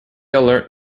alert